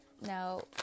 Now